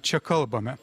čia kalbame